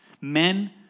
Men